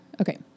okay